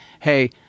hey